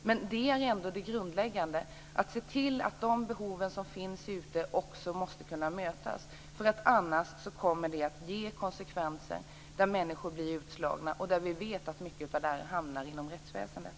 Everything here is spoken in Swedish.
Men det grundläggande är ändå att se till att de behov som finns ute i samhället måste kunna mötas, för annars kommer det att ge konsekvenser som att människor blir utslagna, och vi vet att många av dem hamnar inom rättsväsendet.